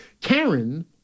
Karen